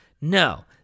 No